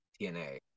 tna